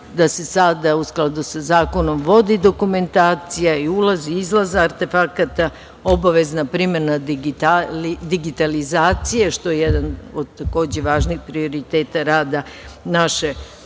da se sada u skladu sa zakonom vodi dokumentacija, i ulaz-izlaz artefakata, obavezna primena digitalizacije, što je jedan od važnih prioriteta rada naše Vlade